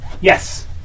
Yes